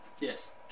Yes